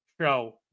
show